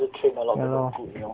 ya lor